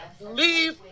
leave